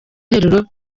interuro